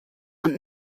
und